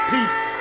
Peace